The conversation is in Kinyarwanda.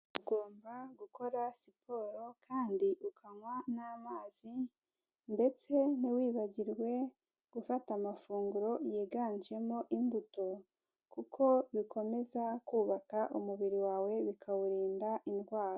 Ugomba gukora siporo kandi ukanywa n'amazi ndetse ntiwibagirwe gufata amafunguro yiganjemo imbuto kuko bikomeza kubaka umubiri wawe bikawurinda indwara.